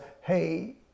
hey